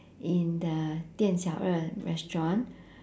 in the dian xiao er restaurant